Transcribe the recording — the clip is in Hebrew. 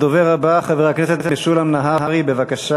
הדובר הבא, חבר הכנסת משולם נהרי, בבקשה,